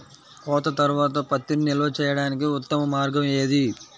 కోత తర్వాత పత్తిని నిల్వ చేయడానికి ఉత్తమ మార్గం ఏది?